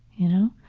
you know?